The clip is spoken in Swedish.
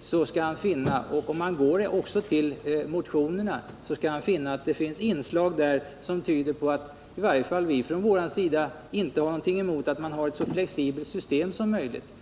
samt motionerna skall han finna att det där finns inslag som tyder på att i varje fall vi inte har någonting emot att man har ett så flexibelt system som möjligt.